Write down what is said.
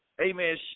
amen